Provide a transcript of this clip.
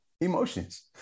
emotions